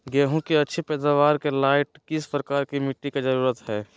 गेंहू की अच्छी पैदाबार के लाइट किस प्रकार की मिटटी की जरुरत है?